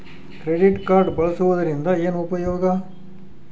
Credit card ಬಳಸುವದರಿಂದ ಏನು ಉಪಯೋಗ?